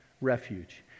refuge